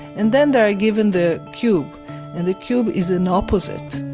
and then they are ah given the cube and the cube is an opposite.